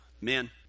Men